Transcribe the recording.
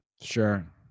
Sure